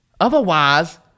Otherwise